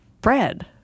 bread